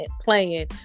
playing